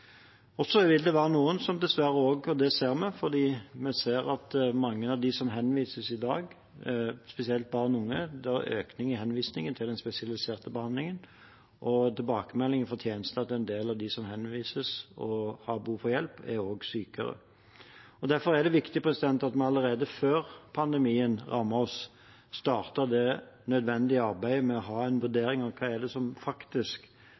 dessverre en økning i henvisninger til den spesialiserte behandlingen av dem som henvises i dag, spesielt barn og unge, og tilbakemeldingen fra tjenesten er at en del av dem som henvises, og som har behov for hjelp, også er sykere. Derfor var det viktig at vi allerede før pandemien rammet oss, startet det nødvendige arbeidet med å ha en vurdering av hva som faktisk